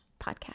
podcast